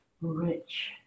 rich